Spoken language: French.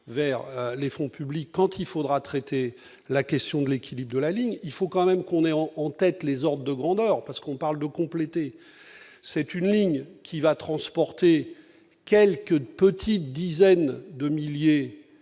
vers les fonds publics quand il faudra traiter la question de l'équilibre de la ligne, il faut quand même qu'on est en en tête les hordes de grandeur parce qu'on parle de compléter, c'est une ligne qui va transporter quelques petites dizaines de milliers